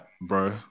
bro